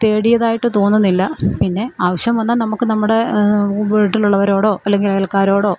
തേടിയതായിട്ട് തോന്നുന്നില്ല പിന്നെ ആവശ്യം വന്നാൽ നമുക്ക് നമ്മുടെ വീട്ടിലുള്ളവരോടോ അല്ലെങ്കിൽ അയൽക്കാരോടോ